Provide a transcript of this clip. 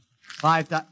Five